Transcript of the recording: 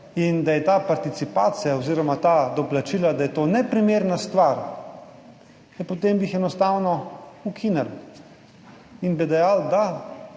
in da je ta participacija oziroma so ta doplačila neprimerna stvar, potem bi jih enostavno ukinili in bi dejali, da